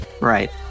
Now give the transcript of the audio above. Right